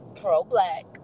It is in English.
pro-black